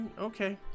okay